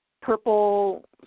purple